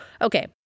Okay